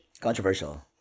Controversial